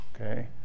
okay